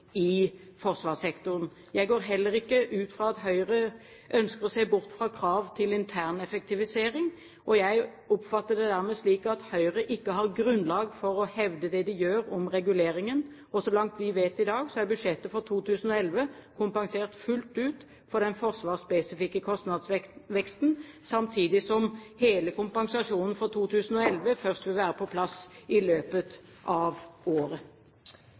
i forsvarssektoren. Jeg går heller ikke ut fra at Høyre ønsker å se bort fra krav til interneffektivisering, og jeg oppfatter det dermed slik at Høyre ikke har grunnlag for å hevde det de gjør om reguleringen. Så langt vi vet i dag, er budsjettet for 2011 kompensert fullt ut for den forsvarsspesifikke kostnadsveksten, samtidig som hele kompensasjonen for 2011 først vil være på plass i løpet av året.